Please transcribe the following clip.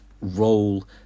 role